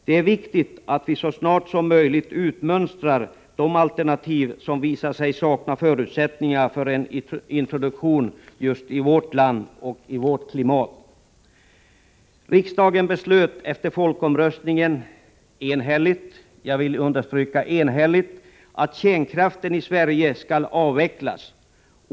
Det är viktigt att vi så snart som möjligt utmönstrar de alternativ som visar sig sakna förutsättningar för en introduktion just i vårt land och i vårt klimat. Riksdagen beslöt efter folkomröstningen enhälligt — det vill jag understryka-— att kärnkraften i Sverige skall avvecklas.